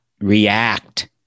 react